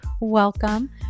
welcome